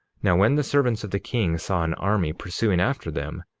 now when the servants of the king saw an army pursuing after them,